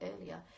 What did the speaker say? earlier